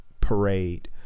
Parade